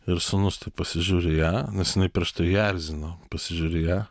ir sūnus tik pasižiūri į ją nes jinai prieš tai jį erzino pasižiūri į ją